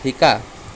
শিকা